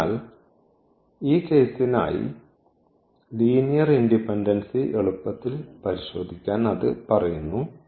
അതിനാൽ ഈ കേസിനായി ലീനിയർ ഇൻഡിപെൻഡൻസി എളുപ്പത്തിൽ പരിശോധിക്കാൻ അത് പറയുന്നു